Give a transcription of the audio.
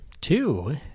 Two